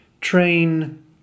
train